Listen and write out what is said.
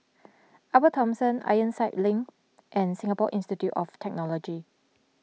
Upper Thomson Ironside Link and Singapore Institute of Technology